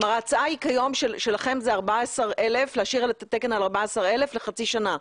ההצעה שלכם כיום היא להשאיר את התקן על 14,000 לחצי שנה.